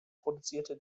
produzierte